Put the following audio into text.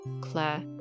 Claire